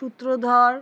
সূত্রধর